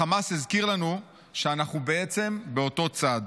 החמאס הזכיר לנו שאנחנו בעצם באותו צד.